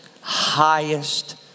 highest